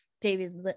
David